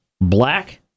black